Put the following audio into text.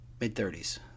Mid-30s